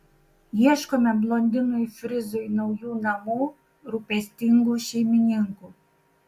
ieškome blondinui frizui naujų namų rūpestingų šeimininkų